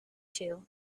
two